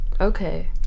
Okay